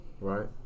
right